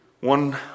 One